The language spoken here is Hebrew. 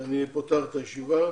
אני פותח את הישיבה.